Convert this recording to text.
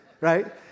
right